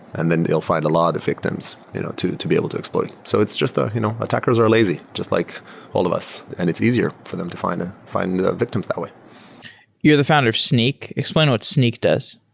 and then they'll find a lot of victims you know to to be able to exploit. so it's just you know attackers are lazy, just like all of us, and it's easier for them to find ah find victims that way you're the founder of snyk. explain what snyk does